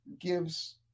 gives